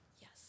yes